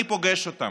אני פוגש אותם,